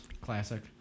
classic